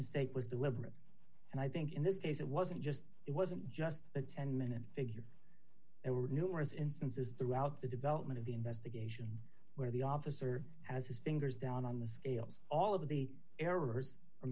mistake was deliberate and i think in this case it wasn't just it wasn't just the ten minute figure there were numerous instances throughout the development of the investigation where the officer has his fingers down on the scales all of the errors or